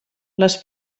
les